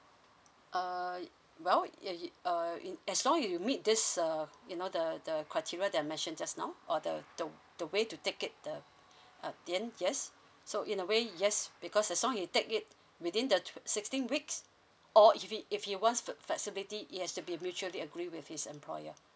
uh well yeah it uh it as long as you meet this uh you know the the criteria that I mentioned just now or the the the way to take it the uh then yes so in a way yes because as long as he take it within the sixteen weeks or if he if he wants flex~ flexibility he has to be mutually agree with his employer